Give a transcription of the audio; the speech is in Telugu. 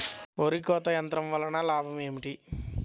వరి కోత యంత్రం వలన లాభం ఏమిటి?